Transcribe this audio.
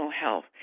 health